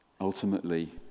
ultimately